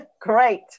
Great